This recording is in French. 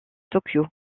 tokyo